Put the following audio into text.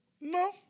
No